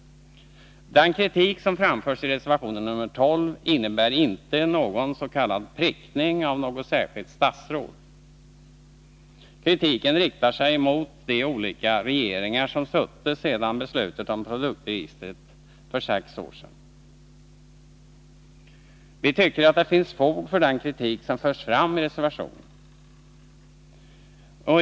Den kritik som framförs i reservationen nr 12 innebär inte någon så kallad ”prickning” av något särskilt statsråd. Kritiken riktar sig mot de olika regeringar som suttit sedan beslutet om produktregistret fattades för sex år 10 Riksdagens protokoll 1981/82:145-146 sedan. Vi tycker att det finns fog för den kritik som förs fram i reservationen.